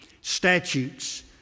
statutes